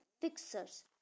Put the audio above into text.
fixers